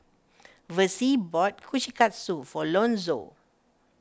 Versie bought Kushikatsu for Lonzo